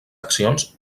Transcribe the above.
accions